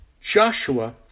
Joshua